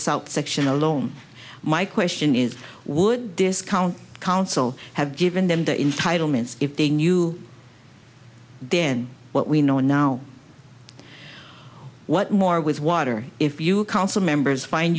south section alone my question is would discount council have given them the entitle mints if they knew then what we know now what more with water if you council members find